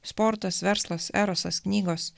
sportas verslas erosas knygos